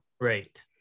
right